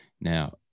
now